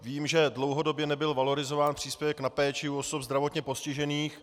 Vím, že dlouhodobě nebyl valorizován příspěvek na péči u osob zdravotně postižených.